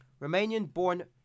Romanian-born